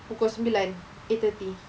pukul sembilan eight thirty